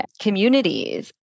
communities